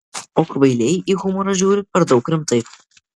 o kvailiai į humorą žiūri per daug rimtai